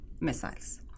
missiles